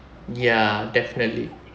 ya definitely